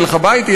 יהיה לך בית,